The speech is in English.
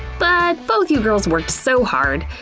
but both you girls worked so hard!